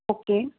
okay